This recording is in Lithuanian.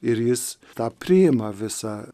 ir jis tą priima visą